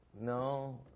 No